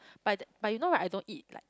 but but you know right I don't eat like